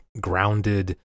grounded